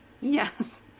Yes